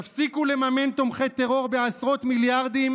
תפסיקו לממן תומכי טרור בעשרות מיליארדים